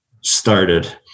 started